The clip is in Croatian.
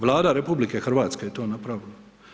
Vlada RH je to napravila.